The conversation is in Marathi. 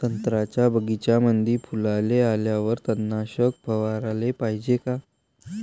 संत्र्याच्या बगीच्यामंदी फुलाले आल्यावर तननाशक फवाराले पायजे का?